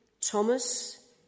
Thomas